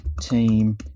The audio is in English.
team